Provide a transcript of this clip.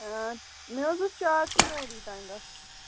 اۭں مےٚ حظ اوس چار چناری تام گژھُن